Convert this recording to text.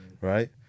Right